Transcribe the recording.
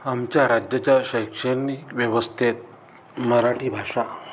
आमच्या राज्याच्या शैक्षणिक व्यवस्थेत मराठी भाषा